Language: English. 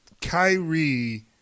Kyrie